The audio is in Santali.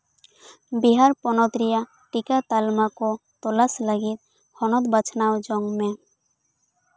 ᱵᱤᱦᱟᱨ ᱯᱚᱱᱚᱛ ᱨᱮᱭᱟᱜ ᱴᱤᱠᱟ ᱛᱟᱞᱢᱟ ᱠᱚ ᱛᱚᱞᱟᱥ ᱞᱟᱹᱜᱤᱫ ᱦᱚᱱᱚᱛ ᱵᱟᱪᱷᱱᱟᱣ ᱡᱚᱝ ᱢᱮ